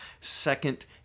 second